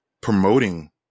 promoting